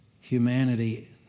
humanity